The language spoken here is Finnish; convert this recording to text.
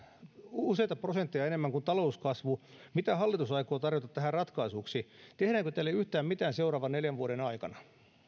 useita prosentteja enemmän kuin talouskasvu mitä hallitus aikoo tarjota tähän ratkaisuksi tehdäänkö tälle yhtään mitään seuraavan neljän vuoden aikana